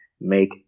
make